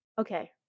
Okay